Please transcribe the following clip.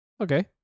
Okay